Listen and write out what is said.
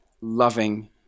loving